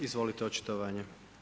Izvolite, očitovanje.